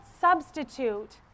substitute